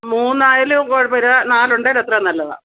മൂന്ന് ആയാലും കുഴപ്പമില്ല നാല് ഉണ്ടെങ്കിൽ അത്രയും നല്ലതാണ്